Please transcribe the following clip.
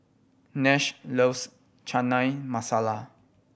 Nash loves Chana Masala